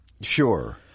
Sure